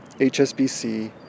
HSBC